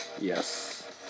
Yes